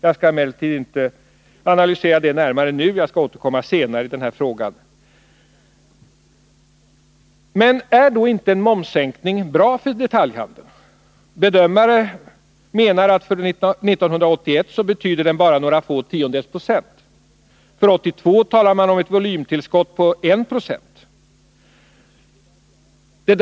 Jag skall emellertid inte analysera det närmare nu, utan återkommer senare i denna fråga. Men är då inte en momssänkning bra för detaljhandeln? Bedömare menar att den för 1981 bara betyder några få tiondels procent. För 1982 talar man om ett volymtillskott på 1 26.